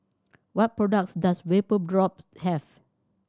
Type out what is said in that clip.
what products does Vapodrops have